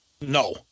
No